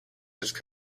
its